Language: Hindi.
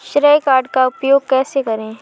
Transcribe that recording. श्रेय कार्ड का उपयोग कैसे करें?